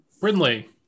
brindley